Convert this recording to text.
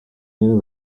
knew